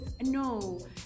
no